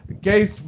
gay